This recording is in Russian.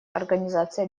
организации